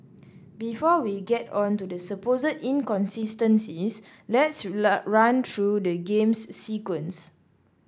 before we get on to the supposed inconsistencies let's run through the game's sequence